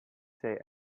say